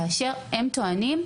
כאשר הם טוענים,